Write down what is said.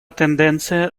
тенденция